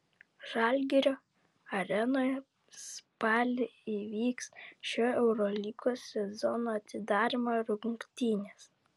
žalgirio arenoje spalį įvyks šio eurolygos sezono atidarymo rungtynės